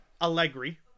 Allegri